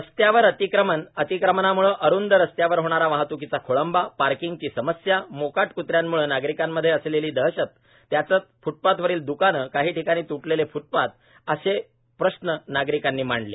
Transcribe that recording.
रस्त्यावर अतिक्रमण अतिक्रमणामुळे अरूंद रस्त्यावर होणारा वाहत्कीचा खोळंबा पार्कीगची समस्या मोकाट कत्र्यांमुळे नागरिकांमध्ये असलेली दहशत त्यातच फुटपाथवरील दुकाने काही ठिकाणी तुटलेले फुटपाथ असं असे प्रश्न नागरिकांनी मांडले